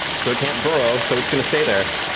so it can't burrow, so it's going to stay there.